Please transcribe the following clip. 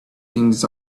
things